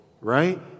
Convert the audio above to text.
right